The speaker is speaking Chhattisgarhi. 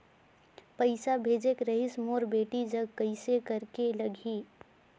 पइसा भेजेक रहिस मोर बेटी जग कइसे करेके लगही?